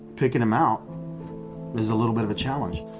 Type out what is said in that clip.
picking them out is a little bit of a challenge.